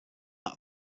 that